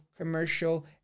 commercial